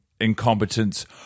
Incompetence